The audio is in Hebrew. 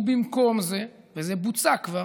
במקום זה, וזה בוצע כבר,